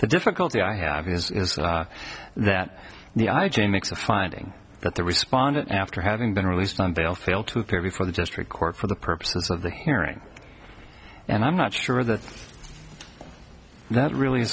the difficulty i have is that the i j a makes a finding that the respondent after having been released on bail failed to appear before the district court for the purposes of the hearing and i'm not sure that that really